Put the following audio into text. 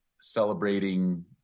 celebrating